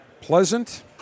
Pleasant